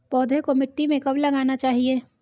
पौधे को मिट्टी में कब लगाना चाहिए?